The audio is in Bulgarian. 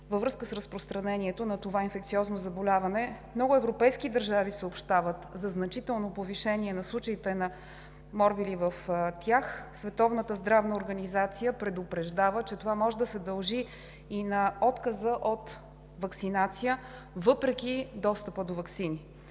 във връзка с разпространението на това инфекциозно заболяване. Много европейски държави съобщават за значително повишение на случаите на морбили в тях. Световната здравна организация предупреждава, че това може да се дължи и на отказа от ваксинация, въпреки достъпа до ваксини.